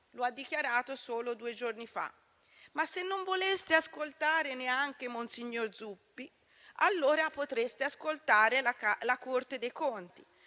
Lo ha dichiarato solo due giorni fa. Tuttavia, se non volete ascoltare neanche monsignor Zuppi, allora potreste ascoltare la Corte dei conti,